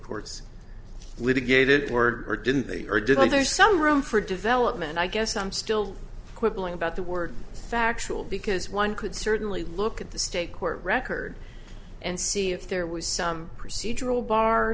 courts litigated were or didn't they or did not there's some room for development i guess i'm still quibbling about the word factual because one could certainly look at the state court record and see if there was some procedural bar